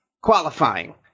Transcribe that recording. qualifying